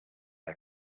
air